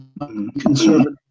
conservative